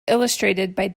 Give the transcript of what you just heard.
illustrated